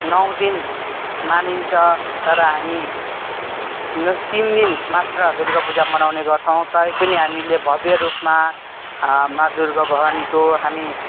नौ दिन मानिन्छ तर हामी तिन दिन मात्र दुर्गा पूजा मनाउने गर्छौँ तै पनि हामीले भव्य रूपमा मा दुर्गा भवानीको हामी